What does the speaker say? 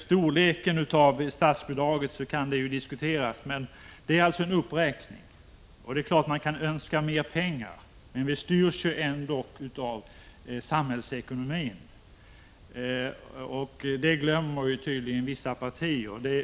Storleken av statsbidraget kan diskuteras, men det sker nu en uppräkning. Det är klart att man kan önska mer pengar, men vi styrs ändå av samhällsekonomin. Det glömmer tydligen vissa partier.